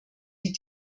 die